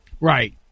Right